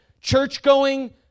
church-going